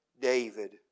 David